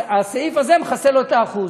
הסעיף הזה מכסה לו את ה-1%.